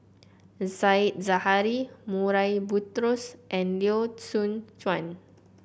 Said Zahari Murray Buttrose and Teo Soon Chuan